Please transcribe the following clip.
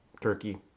Turkey